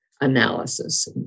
analysis